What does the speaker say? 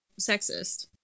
sexist